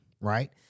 right